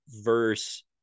verse